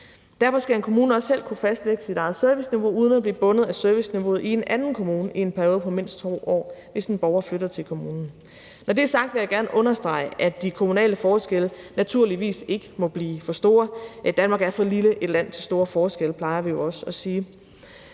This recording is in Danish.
Derfor skal en kommune også selv kunne fastlægge sit eget serviceniveau uden at blive bundet af serviceniveauet i en anden kommune i en periode på mindst 2 år, hvis en borger flytter til kommunen. Når det er sagt, vil jeg gerne understrege, at de kommunale forskelle naturligvis ikke må blive for store. Danmark er for lille et land til store forskelle, plejer vi jo også at sige.